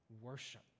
worship